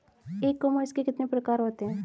ई commerce के कितने प्रकार होते हैं?